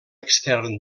extern